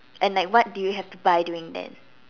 and like what do you have to buy during then